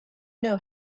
know